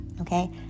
Okay